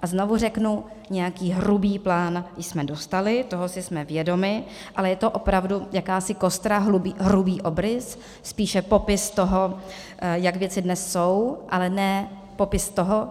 A znovu řeknu, nějaký hrubý plán jsme dostali, toho jsme si vědomi, ale je to opravdu jakási kostra, hrubý obrys, spíše popis toho, jak věci dnes jsou, ale ne popis toho,